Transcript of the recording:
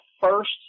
first